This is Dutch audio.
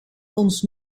ons